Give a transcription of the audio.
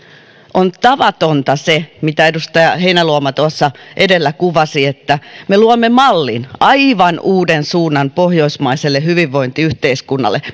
on tavatonta mitä edustaja heinäluoma tuossa edellä kuvasi että me luomme mallin aivan uuden suunnan pohjoismaiselle hyvinvointiyhteiskunnalle